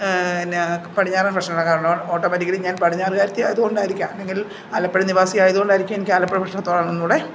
പിന്നെ പടിഞ്ഞാറൻ ഭക്ഷണങ്ങളോടാണ് കാരണം ഓട്ടൊമാറ്റിക്കലീ ഞാൻ പടിഞ്ഞാർ കാരത്തി ആയതു കൊണ്ടായിരിക്കാം അല്ലെങ്കിൽ ആലപ്പുഴ നിവാസി ആയതു കൊണ്ടായിരിക്കും എനിക്കാലപ്പുഴ ഭക്ഷണത്തോടാണൊന്നു കൂടി